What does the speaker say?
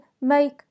make